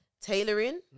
tailoring